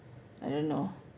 I don't know